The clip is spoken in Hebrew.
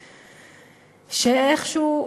שאיכשהו,